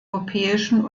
europäischen